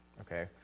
okay